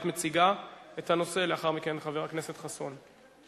את מציגה את הנושא, ולאחר מכן, חבר הכנסת חסון.